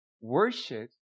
Worship